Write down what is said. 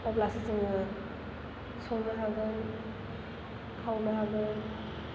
अब्लासो जोङो संनो हागोन खावनो हागोन